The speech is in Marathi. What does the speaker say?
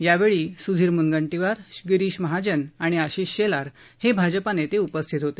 यावेळी स्धीर म्नगंटीवर गिरीश महाजन आणि आशीष शेलार हे भाजपा नेते उपस्थित होते